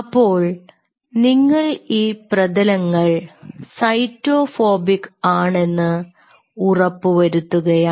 അപ്പോൾ നിങ്ങൾ ഈ പ്രതലങ്ങൾ സൈറ്റോ ഫോബിക് ആണെന്ന് ഉറപ്പുവരുത്തുകയാണ്